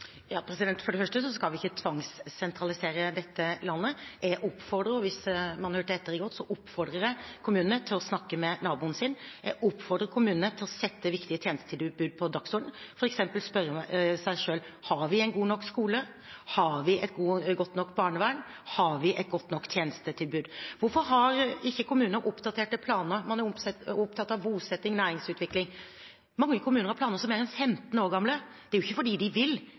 det første skal vi ikke tvangssentralisere dette landet. Hvis man hørte etter i går, oppfordret jeg kommunene til å snakke med naboen sin. Jeg oppfordrer kommunene til å sette viktige tjenestetilbud på dagsordenen, f.eks. spørre seg selv: Har vi en god nok skole, har vi et godt nok barnevern, har vi et godt nok tjenestetilbud? Hvorfor har ikke kommunene oppdaterte planer? Man er opptatt av bosetting og næringsutvikling, mange kommuner har planer som er mer enn 15 år gamle. Det er ikke fordi de ikke vil,